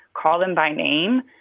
call them by name,